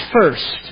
First